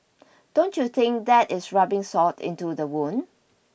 don't you think that is rubbing salt into the wound